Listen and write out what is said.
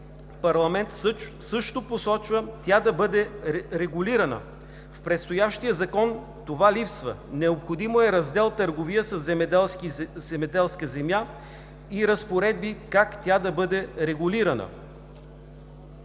парламент също посочва тя да бъде регулирана. В предстоящия закон това липсва. Необходим е раздел „Търговия със земеделска земя“ и разпоредби как тя да бъде регулирана.